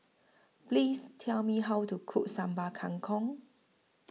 Please Tell Me How to Cook Sambal Kangkong